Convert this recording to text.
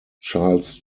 charles